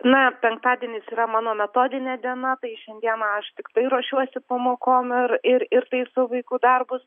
na penktadienis yra mano metodinė diena tai šiandieną aš tiktai ruošiuosi pamokom ir ir ir tai su vaiku darbus